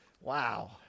Wow